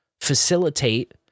facilitate